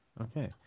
Okay